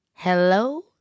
Hello